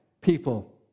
people